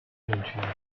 unentschieden